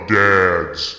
dads